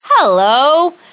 Hello